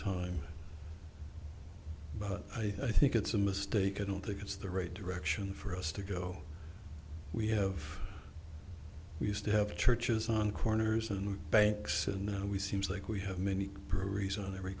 time but i think it's a mistake and don't think it's the right direction for us to go we have we used to have churches on corners and banks and we seems like we have many breweries on every